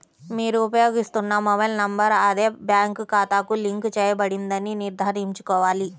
మీరు ఉపయోగిస్తున్న mobile number అదే బ్యాంక్ ఖాతాకు లింక్ చేయబడిందని నిర్ధారించుకోవాలి